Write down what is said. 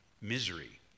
misery